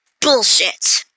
bullshit